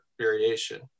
variation